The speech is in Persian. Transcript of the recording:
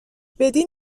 بدی